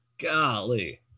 Golly